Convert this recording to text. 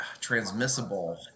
transmissible